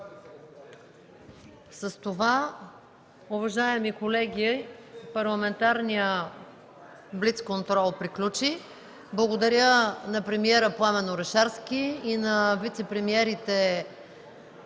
С това, уважаеми колеги, парламентарният блиц контрол приключи. Благодаря на премиера Пламен Орешарски и на вицепремиерите